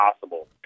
possible